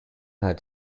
had